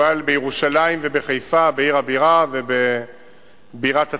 אבל בירושלים ובחיפה, בעיר הבירה ובבירת הצפון,